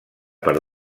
per